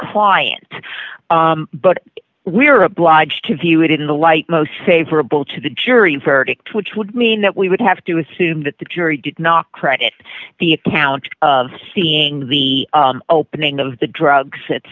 client but we are obliged to view it in the light most favorable to the jury verdict which would mean that we would have to assume that the jury did not credit the account of seeing the opening of the drugs